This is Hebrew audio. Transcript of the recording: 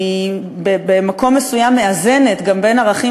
היא במקום מסוים מאזנת גם בין ערכים